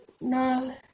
No